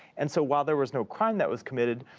and so, while there was no crime that was committed,